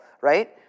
right